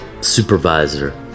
supervisor